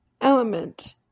element